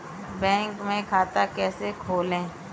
Bank में खाता कैसे खोलें?